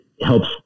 helps